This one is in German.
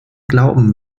glauben